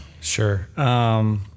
Sure